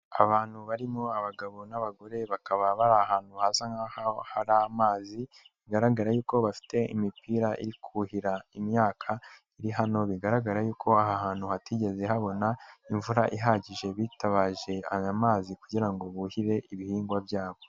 Abantu barimo abagabo n'abagore bakaba bari ahantu haza nk'aha hari amazi, bigaragara yuko bafite imipira iri kuhira imyaka, iri hano bigaragara yuko aha hantu hatigeze habona imvura ihagije, bitabaje aya mazi kugira ngo buhire ibihingwa byabo.